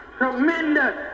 tremendous